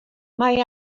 mae